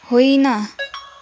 होइन